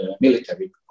military